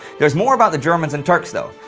there's more about the germans and turks, though.